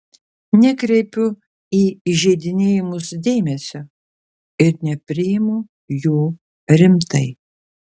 nekreipiu į įžeidinėjimus dėmesio ir nepriimu jų rimtai